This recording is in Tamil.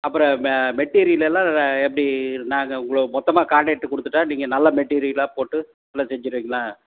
அப்புறம் மெ மெட்டீரியல் எல்லாம் எப்படி நாங்க உங்களுக்கு மொத்தமாக காண்ட்ராக்ட் கொடுத்துட்டா நீங்கள் நல்ல மெட்டீரியலாக போட்டு ஃபுல்லாக செஞ்சுருவீங்களா